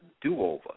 do-over